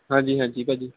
ਹਾਂਜੀ ਹਾਂਜੀ ਭਾਅ ਜੀ